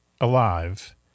alive